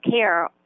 care